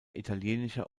italienischer